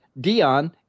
Dion